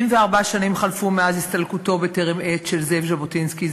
74 שנים חלפו מאז הסתלקותו בטרם עת של זאב ז'בוטינסקי,